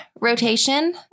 rotation